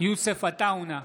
יוסף עטאונה,